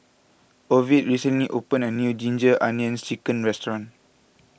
Ovid recently opened a new Ginger Onions Chicken restaurant